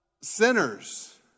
sinners